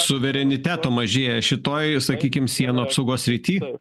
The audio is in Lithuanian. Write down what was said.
suvereniteto mažėja šitoj sakykim sienų apsaugos srity